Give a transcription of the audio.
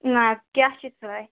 نہَ حظ کیٛاہ چھِو سِلٲے